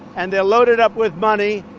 and they're loaded up with money.